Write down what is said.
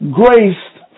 graced